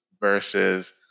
versus